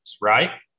right